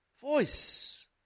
voice